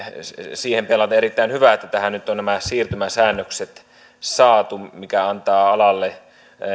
siihen peilaten erittäin hyvä että tähän on nyt nämä siirtymäsäännökset saatu mikä antaa alalle